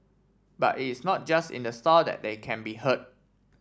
but it's not just in the store that they can be heard